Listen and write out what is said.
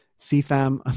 CFAM